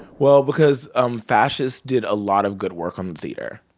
well, because um fascists did a lot of good work on the theater.